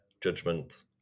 judgment